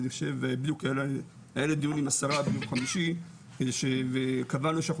בדיוק היה לי דיון עם השרה ביום חמישי וקבענו שאנחנו